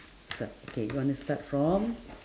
start okay you want to start from